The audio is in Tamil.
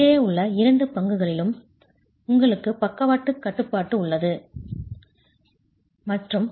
கீழே உள்ள இரண்டு பக்கங்களிலும் உங்களுக்கு பக்கவாட்டு கட்டுப்பாடு உள்ளது ட்ரான்ஸ்லஷனல் கட்டுப்பாடு மட்டும் சுழற்சி கட்டுப்பாடு இல்லை